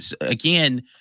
Again